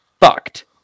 fucked